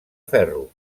ferro